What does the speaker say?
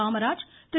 Kamaraj Thiru